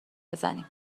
بزنیم